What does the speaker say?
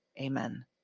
amen